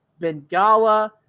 Bengala